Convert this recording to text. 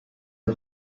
are